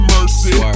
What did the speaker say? Mercy